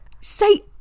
say